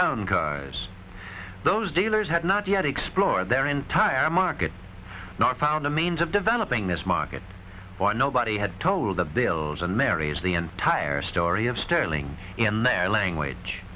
turn cars those dealers had not yet explore their entire market not found a means of developing this market or nobody had told the bills and mary's the entire story of sterling in their language